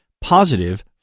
positive